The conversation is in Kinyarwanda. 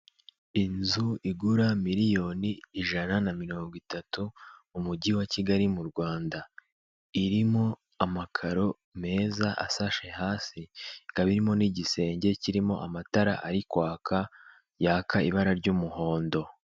Inzu igura miliyoni ijana na mirongo itatu mu mujyi wa Kigali mu Rwanda, irimo amakaro meza asashe hasi ikaba irimo n'igisenge kirimo amatara ari kwaka yaka ibara ry'umuhondo.